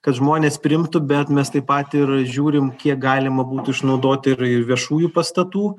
kad žmonės priimtų bet mes taip pat ir žiūrim kiek galima būtų išnaudoti ir viešųjų pastatų